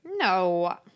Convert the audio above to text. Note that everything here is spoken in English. No